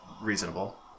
reasonable